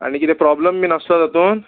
आनी कितें प्रोब्लेम बी आसता तातूंत